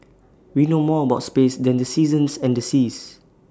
we know more about space than the seasons and the seas